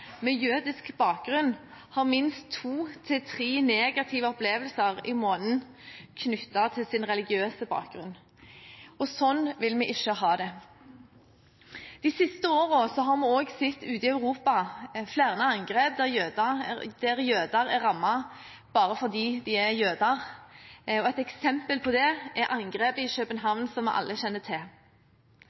med jødisk bakgrunn har minst to til tre negative opplevelser i måneden knyttet til sin religiøse bakgrunn. Sånn vil vi ikke ha det. De siste årene har vi ute i Europa også sett flere angrep der jøder er rammet bare fordi de er jøder, og et eksempel på det er angrepet i København, som vi alle kjenner til.